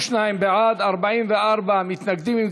62 בעד, 44 מתנגדים.